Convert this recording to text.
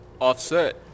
Offset